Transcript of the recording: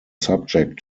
subject